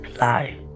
lie